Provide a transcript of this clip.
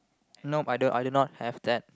no I don't I did not have that